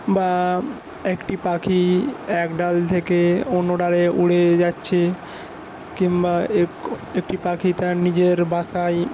বা একটি পাখি এক ডাল থেকে অন্য ডালে উড়ে যাচ্ছে কিংবা একটি পাখি তার নিজের বাসায়